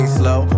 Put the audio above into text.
slow